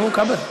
נו, כבל.